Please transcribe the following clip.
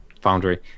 foundry